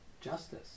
justice